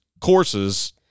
courses